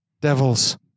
devils